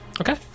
Okay